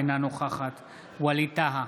אינה נוכחת ווליד טאהא,